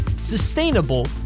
sustainable